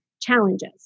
challenges